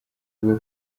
bwo